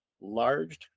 large